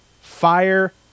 fire